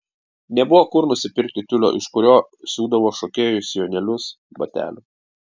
nebuvo kur nusipirkti tiulio iš kurio siūdavo šokėjų sijonėlius batelių